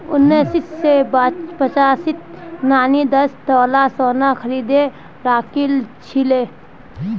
उन्नीस सौ पचासीत नानी दस तोला सोना खरीदे राखिल छिले